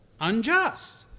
unjust